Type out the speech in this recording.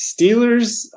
Steelers